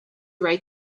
write